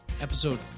Episode